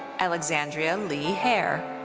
alexandria lee hare.